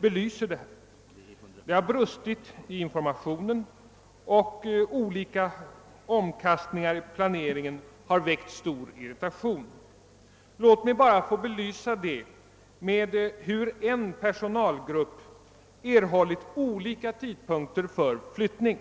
belyser detta. Det har brustit i informationen, och olika omkastningar i planeringen har väckt stor irritation. Låt mig bara få belysa detta med ett fall där en personalgrupp har erhållit olika uppgifter om tidpunkten för förflyttning.